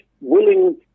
willing